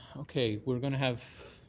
okay. we're going to have